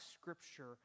Scripture